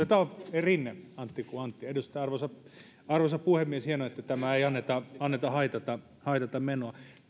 rinne antti kuin antti arvoisa puhemies hienoa että tämän ei anneta anneta haitata haitata menoa